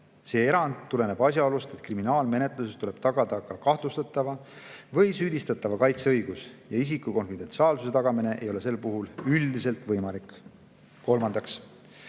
See erand tuleneb asjaolust, et kriminaalmenetluses tuleb tagada ka kahtlustatava või süüdistatava kaitseõigus ja isiku konfidentsiaalsuse tagamine ei ole sel puhul üldiselt võimalik. Kolmandaks